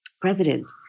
president